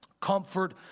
comfort